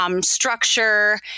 structure